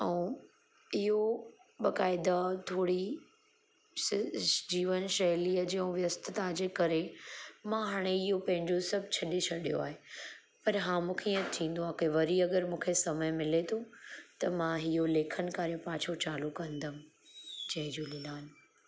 ऐं इहो बाक़ाइदा थोरी श जीवन शैलीअ जो व्यस्तता जे करे मां इहो पंहिंजो सभु छ्ॾे छॾियो आहे पर हा मूंखे इएं थींदो आहे की वरी अगरि मूंखे समय मिले थो त मां इहो लेखनि कार्य पंहिंजो चालू कंदमि जय झूलेलाल